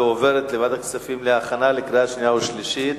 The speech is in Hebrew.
ועוברת לוועדת הכספים להכנה לקריאה שנייה וקריאה שלישית.